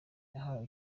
yahaye